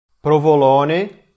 provolone